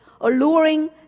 alluring